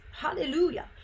Hallelujah